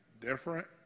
different